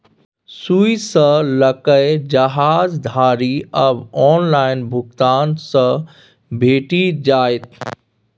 सुईया सँ लकए जहाज धरि आब ऑनलाइन भुगतान सँ भेटि जाइत